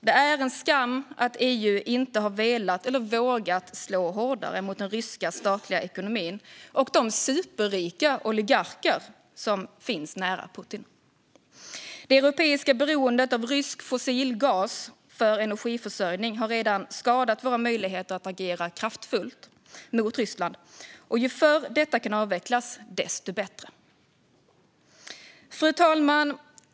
Det är en skam att EU inte har velat eller vågat slå hårdare mot den ryska statliga ekonomin och de superrika oligarker som finns nära Putin. Det europeiska beroendet av rysk fossilgas för energiförsörjning har redan skadat våra möjligheter att agera kraftfullt mot Ryssland. Ju förr detta kan avvecklas, desto bättre. Fru talman!